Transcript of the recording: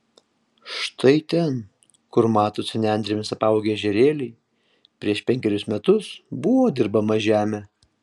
štai ten kur matosi nendrėmis apaugę ežerėliai prieš penkerius metus buvo dirbama žemė